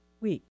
week